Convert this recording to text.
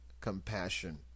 compassion